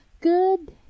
good